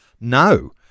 no